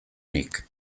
nik